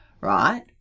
right